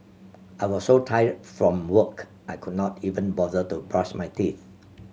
I was so tired from work I could not even bother to brush my teeth